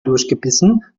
durchgebissen